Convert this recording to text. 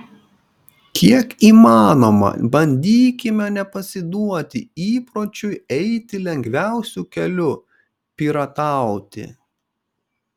kiek įmanoma bandykime nepasiduoti įpročiui eiti lengviausiu keliu piratauti